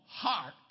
heart